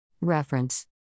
Reference